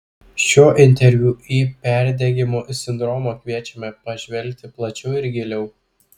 šiuo interviu į perdegimo sindromą kviečiame pažvelgti plačiau ir giliau